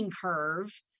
curve